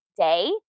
day